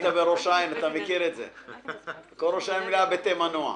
כל ראש העין מלאה בתימנוע.